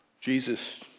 Jesus